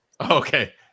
Okay